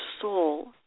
soul